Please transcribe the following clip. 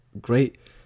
great